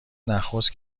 نخست